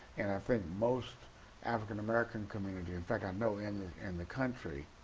and i think most african american communities. in fact i know, in and the country,